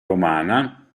romana